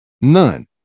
None